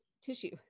tissue